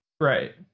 Right